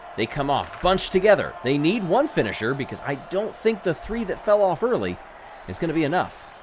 they come off bunched together. they need one finisher, because i don't think the three that fell off early is gonna be enough.